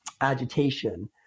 agitation